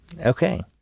Okay